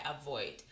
avoid